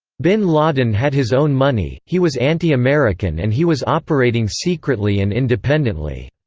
bin laden had his own money, he was anti-american and he was operating secretly and independently.